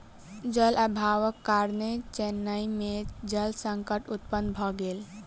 जल अभावक कारणेँ चेन्नई में जल संकट उत्पन्न भ गेल